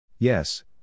Yes